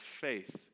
faith